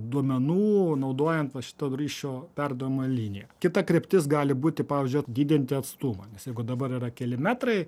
duomenų naudojant va šitą ryšio perdavimo liniją kita kryptis gali būti pavyzdžiui didinti atstumą nes jeigu dabar yra keli metrai